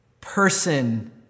person